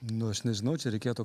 nu aš nežinau čia reikėtų